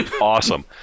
Awesome